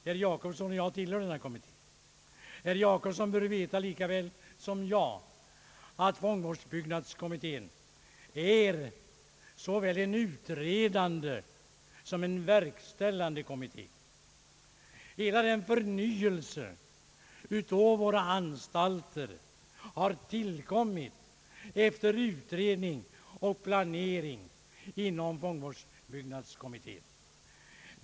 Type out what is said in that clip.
Herr Jacobsson och jag tillhör denna kommitté, och han bör veta lika väl som jag att fångvårdsbyggnadskommittén är såväl en utredande som en verkställande kommitté. Hela förnyelsen av våra anstalter har tillkommit efter utredning och planering inom fångvårdsbyggnadskommittén.